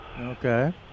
Okay